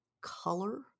color